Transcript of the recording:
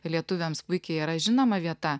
lietuviams puikiai yra žinoma vieta